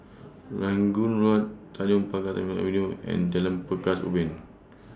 Rangoon Road Tanjong Pagar Terminal Avenue and Jalan Pekan's Ubin